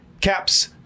caps